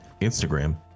Instagram